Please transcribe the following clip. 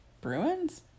Bruins